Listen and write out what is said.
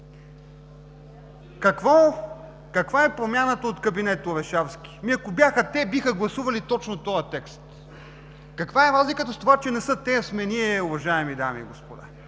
Каква е промяната от кабинета Орешарски? Ако бяха те, биха гласували точно този текст. Каква е разликата в това, че не са те, а сме ние, уважаеми дами и господа?